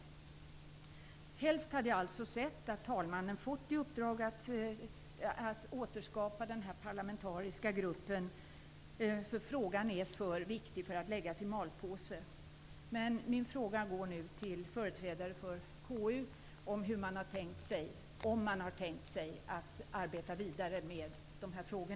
Helst hade jag alltså sett att talmannen hade fått i uppdrag att återskapa den parlamentariska gruppen, eftersom frågan är för viktig för att läggas i malpåse. Min fråga går nu till företrädaren för KU: Tänker man arbeta vidare med dessa frågor?